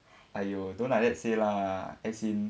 !aiyo! don't like that say lah as in